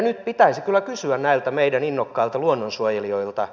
nyt pitäisi kyllä kysyä näiltä meidän innokkailta luonnonsuojelijoilta